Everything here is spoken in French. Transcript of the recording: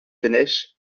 fenech